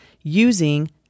using